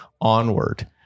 onward